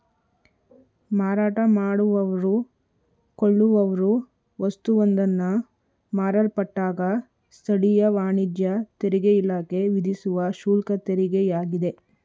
ಮಾರಾಟ ಮಾಡುವವ್ರು ಕೊಳ್ಳುವವ್ರು ವಸ್ತುವೊಂದನ್ನ ಮಾರಲ್ಪಟ್ಟಾಗ ಸ್ಥಳೀಯ ವಾಣಿಜ್ಯ ತೆರಿಗೆಇಲಾಖೆ ವಿಧಿಸುವ ಶುಲ್ಕತೆರಿಗೆಯಾಗಿದೆ